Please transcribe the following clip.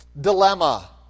dilemma